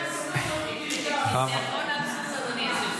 תיאטרון האבסורד, אדוני.